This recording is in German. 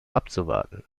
abzuwarten